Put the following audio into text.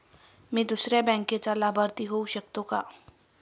मी दुसऱ्या बँकेचा लाभार्थी होऊ शकतो का?